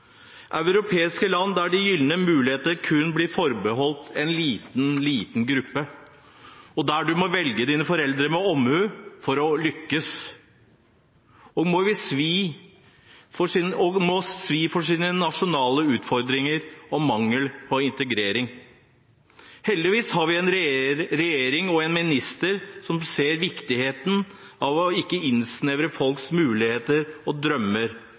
europeiske land der de gylne muligheter kun blir forbeholdt en liten gruppe, der en må velge sine foreldre med omhu for å lykkes, og må svi for sine nasjonale utfordringer og mangel på integrering. Heldigvis har vi en regjering og en minister som ser viktigheten av ikke å innsnevre folks muligheter og drømmer,